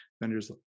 vendors